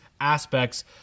aspects